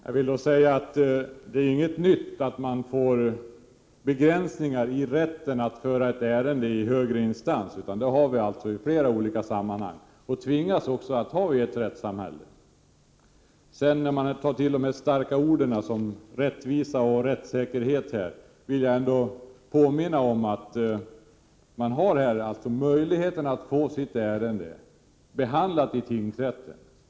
Herr talman! Det är inget nytt att det finns begränsningar i rätten att föra ett ärende vidare till högre instans. Det har vi i flera olika sammanhang, och det tvingas man också att ha i ett rättssamhälle. När man nu drar till med starka ord som rättvisa och rättssäkerhet, vill jag påminna om att man har möjlighet att få sitt ärende behandlat i tingsrätten.